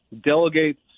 delegates